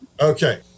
Okay